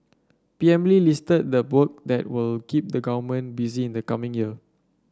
P M Lee listed the work that will keep the government busy in the coming year